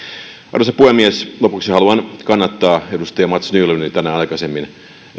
arvoisa puhemies lopuksi haluan kannattaa edustaja mats nylundin tänään aikaisemmin